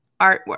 artwork